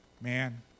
man